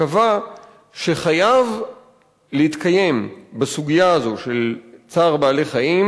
קבע שחייב להתקיים בסוגיה הזאת של צער בעלי-חיים